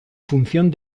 función